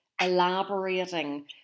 elaborating